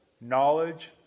knowledge